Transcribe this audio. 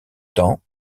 temps